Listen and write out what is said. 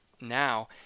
now